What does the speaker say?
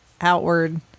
outward